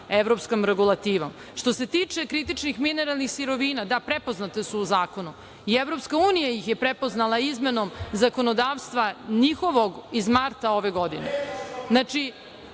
evropskom regulativom. Što se tiče kritičnih mineralnih sirovina, da prepoznate su u zakonu i EU ih je prepoznala izmenom zakonodavstva njihovog iz marta ove godine. Znači,